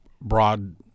broad